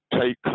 take